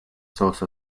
source